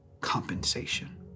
compensation